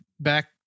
Back